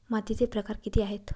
मातीचे प्रकार किती आहेत?